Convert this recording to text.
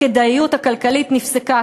הכדאיות הכלכלית נפסקה,